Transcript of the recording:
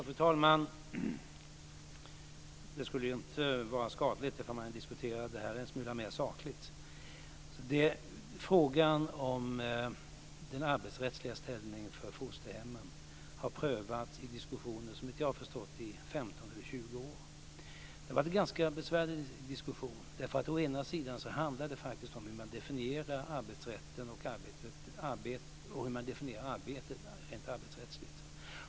Fru talman! Det skulle inte skada att diskutera det här en smula mer sakligt. Frågan om fosterhemmens arbetsrättsliga ställning har såvitt jag vet prövats i diskussionen under 15 eller 20 år. Det har varit en ganska besvärlig diskussion. Å ena sidan handlar det om hur man definierar arbetet rent arbetsrättsligt.